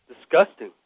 disgusting